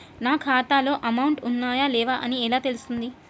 నా ఖాతాలో అమౌంట్ ఉన్నాయా లేవా అని ఎలా తెలుస్తుంది?